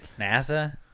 NASA